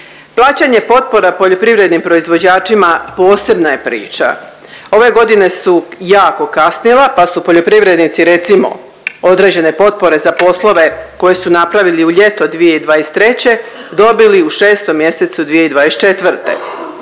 Plaćanje potpora poljoprivrednim proizvođačima posebna je priča. Ove godine su jako kasnila, pa su poljoprivrednici recimo određene potpore za poslove koje su napravili u ljeto 2023. dobili u 6 mjesecu 2024..